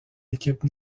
équipe